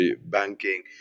banking